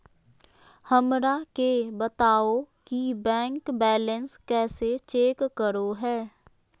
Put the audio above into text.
हमरा के बताओ कि बैंक बैलेंस कैसे चेक करो है?